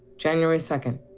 january second.